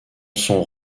sont